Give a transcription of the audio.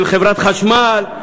של חברת חשמל,